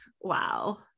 wow